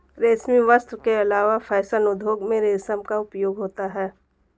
रेशमी वस्त्र के अलावा फैशन उद्योग में रेशम का उपयोग होता है